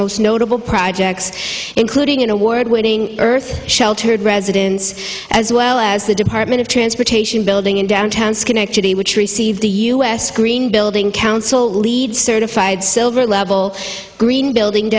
most notable projects including an award winning earth sheltered residence as well as the department of transportation building in downtown schenectady which received the u s green building council leed certified silver level green building